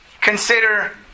consider